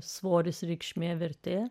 svoris reikšmė vertė